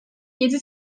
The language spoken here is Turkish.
yedi